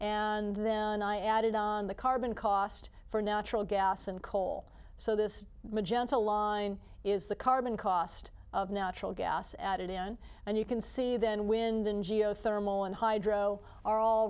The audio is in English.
and then i added on the carbon cost for natural gas and coal so this magenta line is the carbon cost of natural gas added in and you can see then wind and geothermal and hydro are all